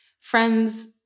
Friends